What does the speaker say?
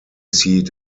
seat